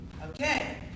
Okay